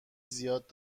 زیاد